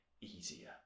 easier